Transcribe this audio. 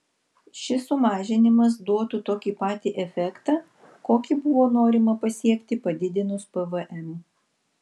šis sumažinimas duotų tokį patį efektą kokį buvo norima pasiekti padidinus pvm